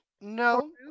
No